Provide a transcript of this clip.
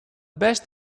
best